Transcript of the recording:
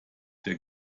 der